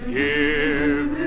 give